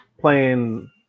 playing